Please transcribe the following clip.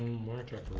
monitor